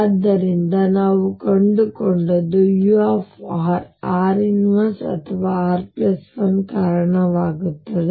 ಆದ್ದರಿಂದ ನಾವು ಕಂಡುಕೊಂಡದ್ದು u r l ಅಥವಾ rl1 ಗೆ ಕಾರಣವಾಗುತ್ತದೆ